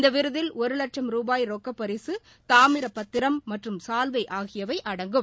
இந்த விருதில் ஒரு வட்சம் ருபாய் ரொக்க பரிக தாமிரப்பத்திரம் மற்றும் சால்வை ஆகியவை அடங்கும்